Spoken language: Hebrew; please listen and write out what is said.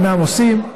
אינם עושים,